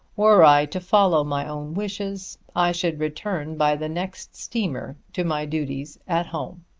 were i to follow my own wishes i should return by the next steamer to my duties at home.